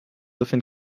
often